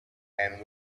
and